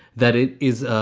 that it is